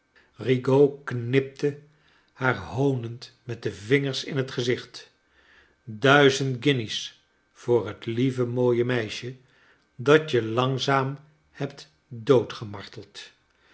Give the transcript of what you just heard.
rigaud knipte haar hoonend met de vingers in het gezioht duizend guinjes voor het lieve mooie meisje dat je langzaam hebt